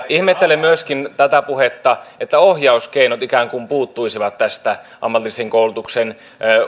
ihmettelen myöskin tätä puhetta että ohjauskeinot ikään kuin puuttuisivat tästä ammatillisen koulutuksen